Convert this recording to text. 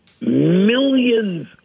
millions